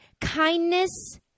kindness